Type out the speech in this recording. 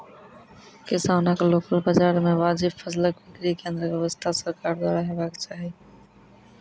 किसानक लोकल बाजार मे वाजिब फसलक बिक्री केन्द्रक व्यवस्था सरकारक द्वारा हेवाक चाही?